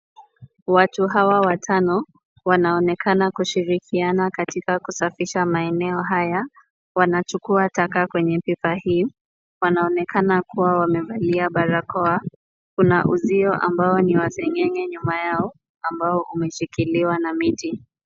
Watu hawa watano wanaonekana kushirikiana katika kusafisha maeneo haya. Wanachukua taka kwenye pipa hii. Wanaonekana kuwa wamevalia barakoa. Kuna uzio ambao ni wa seng'enge nyuma yao ambao umeshikiliwa na miti.